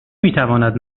میتواند